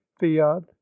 fiat